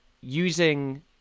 using